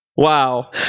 Wow